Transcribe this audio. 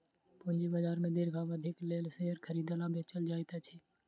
पूंजी बाजार में दीर्घ अवधिक लेल शेयर खरीदल आ बेचल जाइत अछि